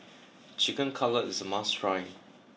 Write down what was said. chicken cutlet is a must try